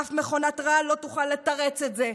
אף מכונת רעל לא תוכל לתרץ את זה.